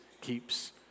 keeps